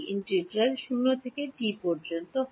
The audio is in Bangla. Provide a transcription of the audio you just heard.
ইন্টিগ্রাল 0 থেকে টি পর্যন্ত হয়